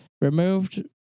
removed